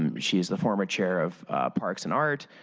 um she is the former chair of parks and art.